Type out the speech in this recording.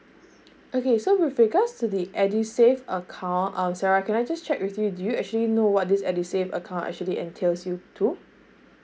okay so with regards to the edu save account um sarah can I just check with you do you actually know what this edu save account actually entails you to